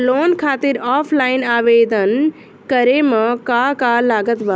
Loan खातिर offline आवेदन करे म का का लागत बा?